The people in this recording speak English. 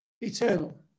eternal